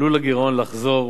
עלול הגירעון לחזור,